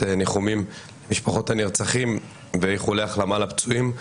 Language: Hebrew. ניחומים למשפחות הנרצחים ואיחולי החלמה לפצועים.